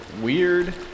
weird